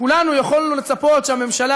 כולנו יכולנו לצפות שהממשלה,